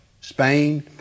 Spain